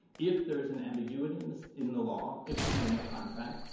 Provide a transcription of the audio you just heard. if there is an ambiguity in the in the law excuse me in the contract,